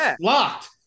locked